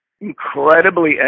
incredibly